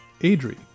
adri